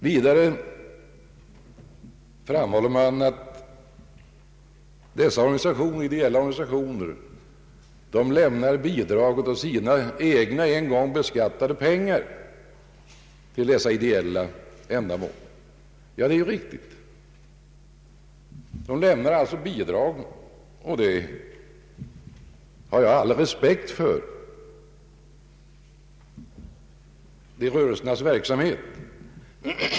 Vidare framhåller man att dessa ideella organisationer lämnar bidrag av sina egna en gång beskattade pengar till ideella ändamål. Ja, det är riktigt. Och jag har all respekt för dessa rörelsers verksamhet.